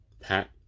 Pat